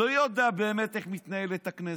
לא יודע איך באמת מתנהלת הכנסת.